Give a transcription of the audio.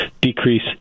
decrease